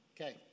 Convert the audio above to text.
Okay